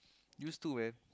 use too man